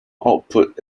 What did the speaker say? output